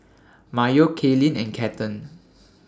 Mayo Kaylyn and Cathern